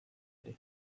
ere